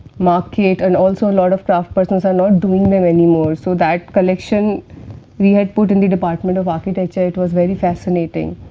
market and also lots of craftspersons are not doing them anymore, so that collection we had put in the department of architecture, it was very fascinating.